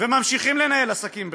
וממשיכים לנהל עסקים בחו"ל.